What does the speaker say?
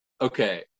Okay